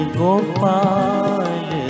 gopal